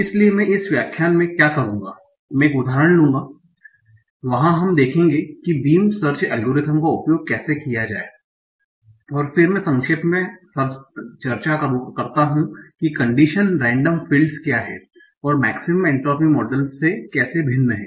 इसलिए मैं इस व्याख्यान में क्या करूंगा मैं एक उदाहरण लूंगा वहां हम देखेंगे कि बीम सर्च एल्गोरिदम का उपयोग कैसे किया जाए और फिर मैं संक्षेप में चर्चा करता हूं कि कन्डिशन रेंडम फील्डस क्या हैं और मेक्सिमम एंट्रोपी मॉडल से कैसे भिन्न हैं